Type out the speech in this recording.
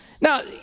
Now